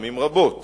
פעמים רבות